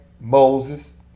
moses